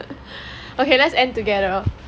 okay let's end together